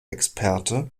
experte